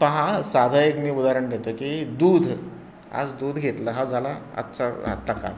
पहा हं साधं एक मी उदाहरण देतो की दूध आज दूध घेतला हा झाला आजचा आत्ता काळ